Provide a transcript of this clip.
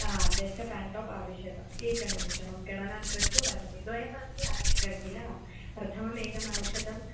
दश पेण्टाप् आवश्यकम् एकनिमिषं अहं गणनां कृत्वा वदमि द्वयमपि आवश्यकं किल प्रथमम् एकम् औषधम्